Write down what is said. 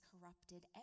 corrupted